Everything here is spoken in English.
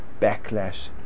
backlash